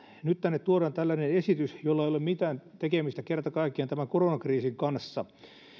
nyt tänne tuodaan tällainen esitys jolla ei ole kerta kaikkiaan mitään tekemistä koronakriisin kanssa